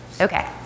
Okay